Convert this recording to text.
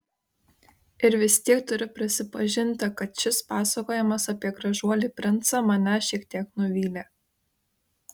ir vis tiek turiu prisipažinti kad šis pasakojimas apie gražuolį princą mane šiek tiek nuvylė